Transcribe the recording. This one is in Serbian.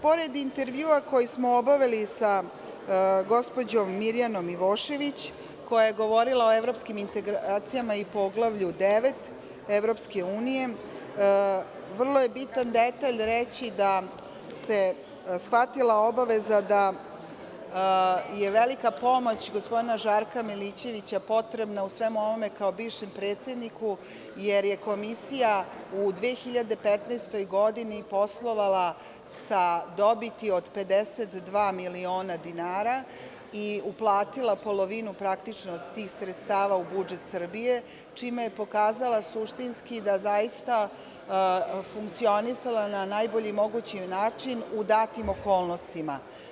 Pored intervjua koji smo obavili sa gospođom Mirjanom Ivošević, koja je govorila o evropskim integracijama i Poglavlju 9 EU, vrlo je bitan detalj reći da se shvatila obaveza da je velika pomoć gospodina Žarka Milićevića, potrebna u svemu ovome, kao bivšem predsedniku, jer je komisija u 2015. godini, poslovala sa dobiti od 52 miliona dinara i uplatila polovinu, praktično, tih sredstava u budžet Srbije, čime je pokazala suštinski da je zaista funkcionisala na najbolji mogući način u datim okolnostima.